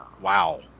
Wow